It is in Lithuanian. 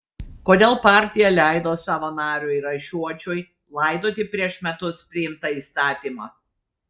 kodėl partija leido savo nariui raišuočiui laidoti prieš metus priimtą įstatymą